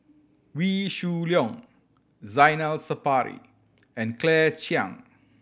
Wee Shoo Leong Zainal Sapari and Claire Chiang